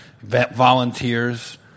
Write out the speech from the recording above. Volunteers